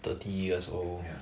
thirty years old